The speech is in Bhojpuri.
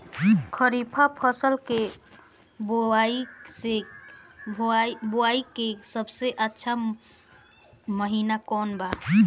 खरीफ फसल के बोआई के सबसे अच्छा महिना कौन बा?